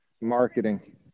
marketing